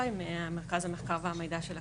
ממרכז המחקר והמידע של הכנסת.